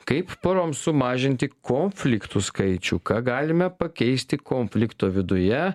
kaip poroms sumažinti konfliktų skaičių ką galime pakeisti konflikto viduje